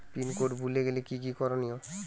Pin code ভুলে গেলে কি কি করনিয়?